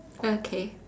okay